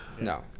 No